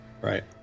Right